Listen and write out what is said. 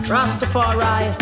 Rastafari